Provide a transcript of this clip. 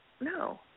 no